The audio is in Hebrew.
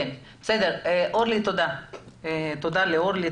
תודה לאורלי,